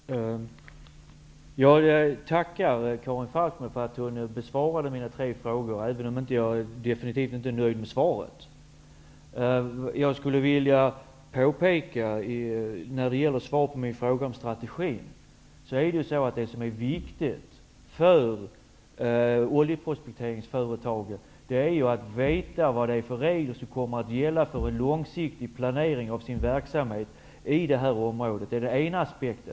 Herr talman! Jag tackar Karin Falkmer för att hon besvarade mina tre frågor, även om jag definitivt inte är nöjd med svaret. Jag vill göra ett påpekande när det gäller svaret på min fråga om strategin. Det som är viktigt för oljeprospekteringsföretagens långsiktiga planering av sin verksamhet är att veta vilka regler som kommer att gälla i detta område. Det är en aspekt.